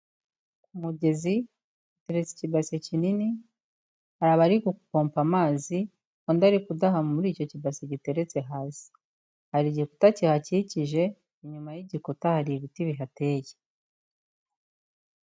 Ku mugezi hateretse ikibase kinini, hari aba ari gupompa amazi, undi ari kudaha muri icyo kibasi giteretse hasi, hari igikuta kihakikije, inyuma y'igikuta hari ibiti bihateye.